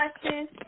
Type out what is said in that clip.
questions